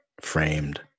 framed